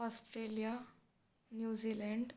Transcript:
Australia New Zealand